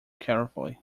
carefully